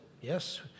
yes